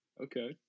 okay